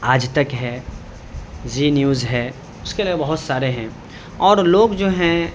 آج تک ہے زی نیوز ہے اس کے علاوہ بہت سارے ہیں اور لوگ جو ہیں